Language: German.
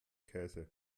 käse